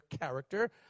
character